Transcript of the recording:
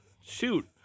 Shoot